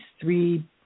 three